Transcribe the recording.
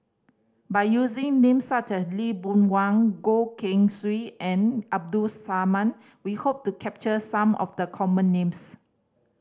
by using names such as Lee Boon Wang Goh Keng Swee and Abdul Samad we hope to capture some of the common names